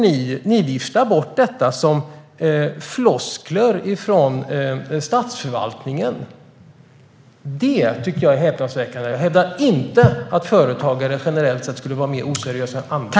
Ni viftar bort det här som floskler från statsförvaltningen. Det tycker jag är häpnadsväckande. Jag hävdar inte att företagare generellt sett skulle vara mer oseriösa än andra.